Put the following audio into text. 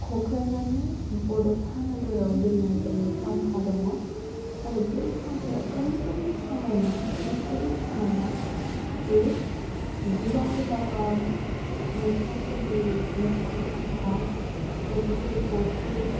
क'क्राझारनि बड'फा नोगोराव दोननाय जायो खाम्फा दङ आरो बै खाम्फाया ओरैबादि समायना ओरैबायदि समायना जे बिबार बागान मुंख्लंफोरनि मुंख्लं खाम्फा लोगोसे फुख्रि